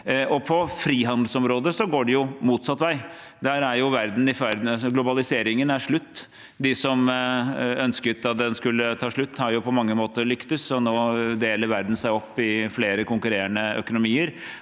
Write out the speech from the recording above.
På frihandelsområdet går det jo motsatt vei. Globaliseringen er slutt. De som ønsket at den skulle ta slutt, har på mange måter lyktes. Nå deler verden seg opp i flere konkurrerende økonomier,